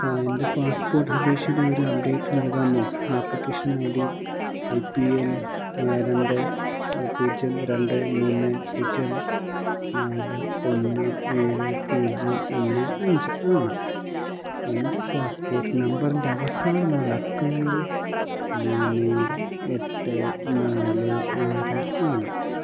എൻ്റെ പാസ്പോർട്ട് അപേക്ഷയുടെ ഒരു അപ്ഡേറ്റ് നൽകാമോ application I D A P L രണ്ട് പൂജ്യം രണ്ട് മൂന്ന് പൂജ്യം നാല് ഒന്ന് ഏഴ് പൂജ്യം ഒന്ന് അഞ്ച് ആണ് എൻ്റെ പാസ്പോർട്ട് നമ്പറിൻ്റെ അവസാന നാലക്കങ്ങൾ മൂന്ന് എട്ട് നാല് ആറ് ആണ്